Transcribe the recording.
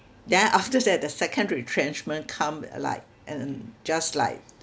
then after that the second retrenchment come uh like and just like